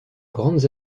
grandes